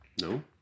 No